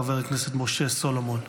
חבר הכנסת משה סולומון.